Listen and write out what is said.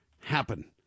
happen